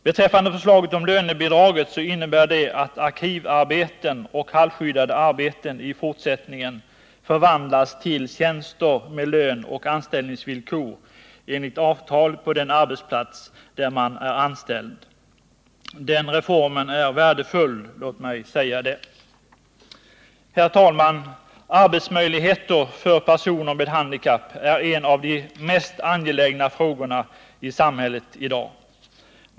Beträffande förslaget om lönebidraget så innebär det att arkivarbeten och halvskyddade arbeten i fortsättningen förvandlas till tjänster med lön och anställningsvillkor enligt avtal på den arbetsplats där man är anställd. Den reformen är värdefull — låt mig säga det. Arbetsmöjligheter för personer med handikapp är en av de mest angelägna frågorna i samhället i dag.